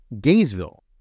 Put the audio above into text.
Gainesville